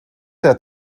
der